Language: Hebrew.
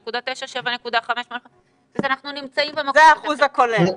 7.9%, 7.5% --- זה האחוז הכולל?